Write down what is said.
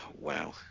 wow